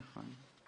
נכון.